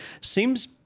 seems